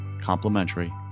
complimentary